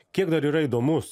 kiek dar yra įdomus